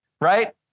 Right